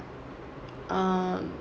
um